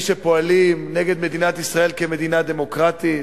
שפועלים נגד מדינת ישראל כמדינה דמוקרטית?